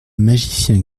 magicien